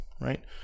right